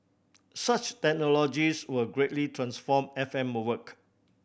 such technologies will greatly transform F M work